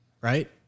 right